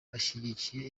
ashyigikiye